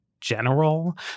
general